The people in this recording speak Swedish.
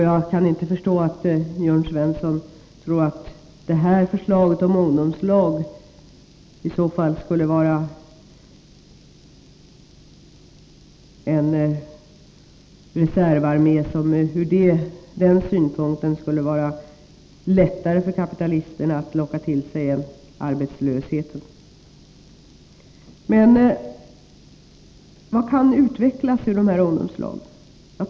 Jag kan inte förstå att Jörn Svensson tror att vi med ungdomslagen skapar en reservarmé som skulle vara lättare för kapitalisterna att locka till sig än arbetslösa människor. Vad kan utvecklas ur ungdomslagen?